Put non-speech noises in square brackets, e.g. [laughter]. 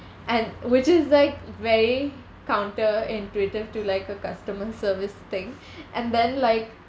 and which is like very counter intuitive to like a customer service thing [breath] and then like